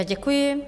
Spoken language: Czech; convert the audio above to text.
Děkuji.